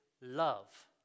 love